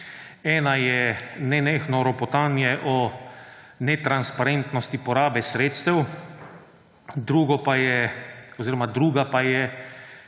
ena je nenehno ropotanje o netransparentosti porabe sredstev, druga pa je